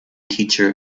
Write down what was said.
teacher